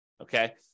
okay